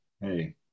hey